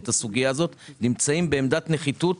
את הסוגייה הזאת נמצאים בעמדת נחיתות